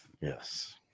Yes